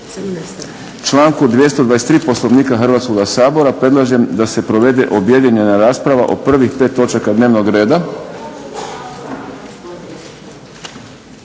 članku 223. Poslovnika Hrvatskoga sabora predlažem da se provede objedinjena rasprava o prvih pet točaka dnevnog reda.